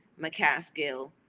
McCaskill